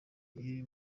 iri